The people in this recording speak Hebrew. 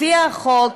לפי החוק,